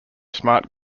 smart